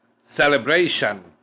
celebration